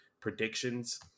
predictions